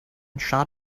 shot